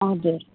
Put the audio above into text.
हजुर